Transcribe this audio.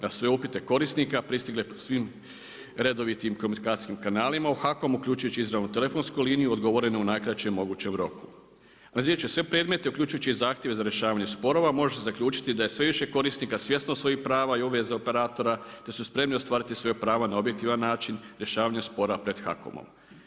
Na sve upite korisnika pristigle svim redovitim komunikacijskim kanalima u HAKOM-u, uključujući izravnu telefonsku liniju, odgovoreno u najkraćem mogućem roku. … će sve predmete uključujući i zahtjeve za rješavanje sporova, može se zaključiti da je sve više korisnika svjesno svojih prava i obveza operatora te su spremni ostvariti svoja prava na objektivan način rješavanja spora pred HAKOM-om.